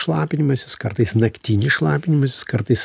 šlapinimasis kartais naktinis šlapinimasis kartais